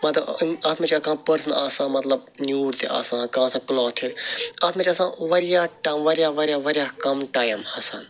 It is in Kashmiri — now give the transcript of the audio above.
مطلب اَتھ مَنٛز چھُ کانٛہہ پٔرسَن آسان مطلب نٛیوٗڈ تہِ آسان کانٛہہ آسان کلوتھٕڈ اتھ مَنٛز چھُ آسان واریاہ ٹم واریاہ واریاہ واریاہ کم ٹایم آسان